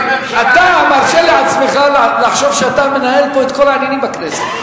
אתה מרשה לעצמך לחשוב שאתה מנהל פה את כל העניינים בכנסת,